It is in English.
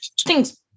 thing's